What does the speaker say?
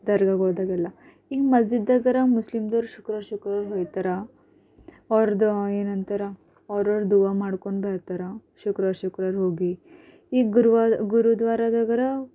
ದರ್ಗಾಗೆ ಹೋದಾಗೆಲ್ಲ ಹಿಂಗೆ ಮಸ್ಜಿದ್ದಾಗಾರ ಮುಸ್ಲಿಮ್ಸ್ದೋರು ಶುಕ್ರವಾರ ಶುಕ್ರವಾರ ಹೊಯ್ತಾರ ಅವ್ರದ್ದು ಏನಂತಾರೆ ಅವರವ್ರು ದುಆ ಮಾಡ್ಕೊಂಡು ಬರ್ತಾರೆ ಶುಕ್ರವಾರ ಶುಕ್ರವಾರ ಹೋಗಿ ಈಗ ಗುರುವಾರ ಗುರುದ್ವಾರದಾಗಾರ